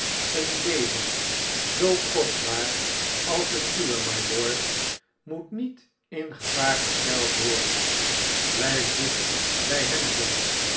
seen leven zoo kostbaar als het uwe mylord moet niet in gevaar gesteld worden blijf dicht bij hem john